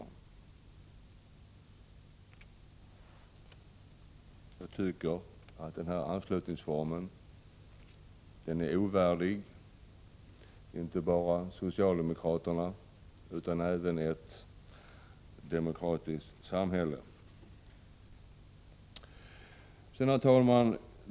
Jag tycker att den här anslutningsformen är ovärdig inte bara socialdemokraterna utan även ett demokratiskt samhälle. Herr talman!